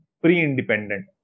pre-independent